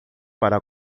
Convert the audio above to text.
para